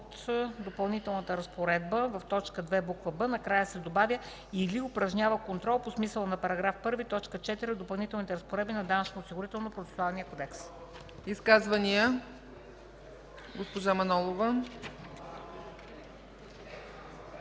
Изказвания? Госпожа Манолова.